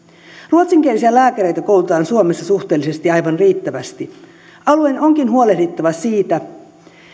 seudulle ruotsinkielisiä lääkäreitä koulutetaan suomessa suhteellisesti aivan riittävästi alueen onkin huolehdittava siitä